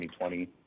2020